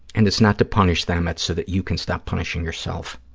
and it's not to punish them. it's so that you can stop punishing yourself.